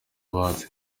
bahanzi